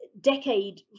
decade